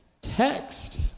text